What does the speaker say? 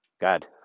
God